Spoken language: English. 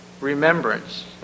remembrance